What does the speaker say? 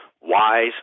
Wise